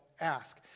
ask